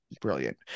brilliant